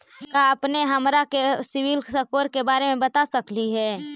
का अपने हमरा के सिबिल स्कोर के बारे मे बता सकली हे?